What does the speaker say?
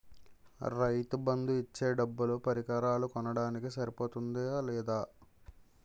రైతు బందు ఇచ్చే డబ్బులు పరికరాలు కొనడానికి సరిపోతుందా లేదా?